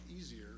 easier